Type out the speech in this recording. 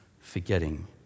forgetting